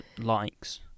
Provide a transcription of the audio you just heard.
likes